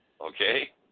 Okay